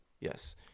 Yes